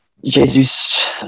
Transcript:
Jesus